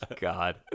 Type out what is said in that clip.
God